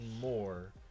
more